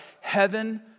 heaven